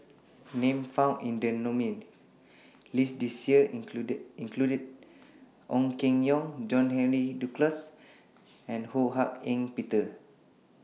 Names found in The nominees' list This Year include Ong Keng Yong John Henry Duclos and Ho Hak Ean Peter